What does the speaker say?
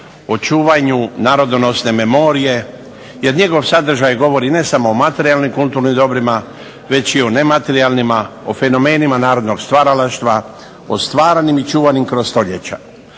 o čuvanju narodnosne memorije jer njegov sadržaj govori ne samo o materijalnim i kulturnim dobrima već i o nematerijalnima, o fenomenima narodnog stvaralaštva, o stvaranim i čuvanim kroz stoljeća.